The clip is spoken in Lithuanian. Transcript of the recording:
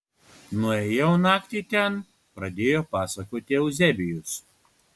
nuėjau naktį ten pradėjo pasakoti euzebijus